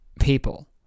people